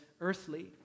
earthly